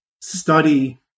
study